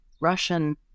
Russian